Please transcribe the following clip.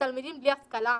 כתלמידים בלי השכלה?